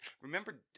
Remember